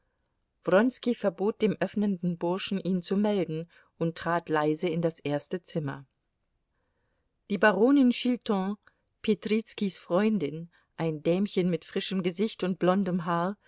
wronski verbot dem öffnenden burschen ihn zu melden und trat leise in das erste zimmer die baronin chilton petrizkis freundin ein dämchen mit frischem gesicht und blondem haar